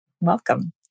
welcome